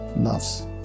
loves